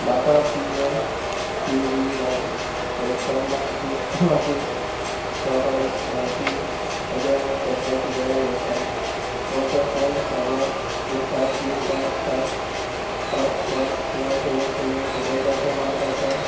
म्हाका P M K V Y प्लेटफॉर्माचेर म्हजी प्रोफायल म्हायती अद्यावत करपाची गरज आसा म्हजो फोन क्रमांक स सात तीन पांच सात पांच पांच णव शुन्य शुन्य बदलपाचो मार्ग आसा